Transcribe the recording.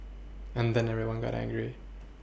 and then everyone got angry